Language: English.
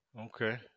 Okay